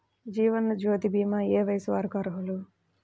జీవనజ్యోతి భీమా ఏ వయస్సు వారు అర్హులు?